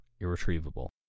irretrievable